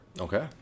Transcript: Okay